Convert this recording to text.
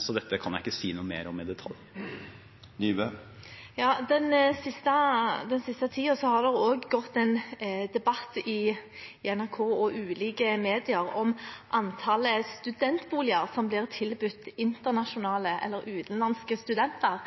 så dette kan jeg ikke si noe mer om i detalj. Den siste tiden har det også gått en debatt i NRK og ulike medier om antallet studentboliger som blir tilbudt internasjonale eller utenlandske studenter.